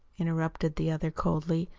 interrupted the other coldly,